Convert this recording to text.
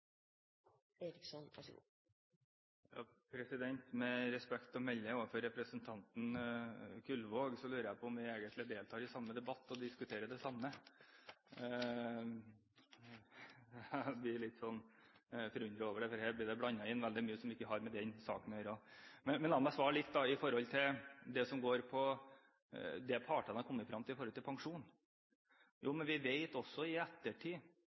Gullvåg, så lurer jeg på om vi egentlig deltar i samme debatt og diskuterer det samme. Jeg blir litt forundret over det, for her blir det blandet inn veldig mye som ikke har noe med den saken å gjøre. Men la meg svare litt på det som går på det partene har kommet fram til når det gjelder pensjon: Jo, men vi vet også at i ettertid